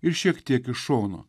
ir šiek tiek iš šono